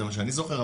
זה מה שאני זוכר,